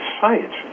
science